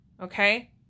okay